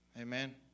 Amen